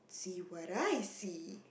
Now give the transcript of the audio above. see what I see